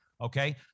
Okay